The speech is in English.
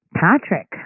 Patrick